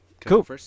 Cool